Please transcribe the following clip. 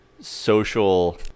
social